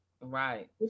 Right